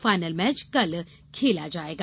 final match कल खेला जाएगा